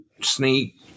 sneak